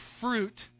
fruit